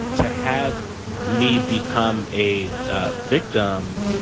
to have me become a ah victim.